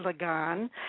*Lagan*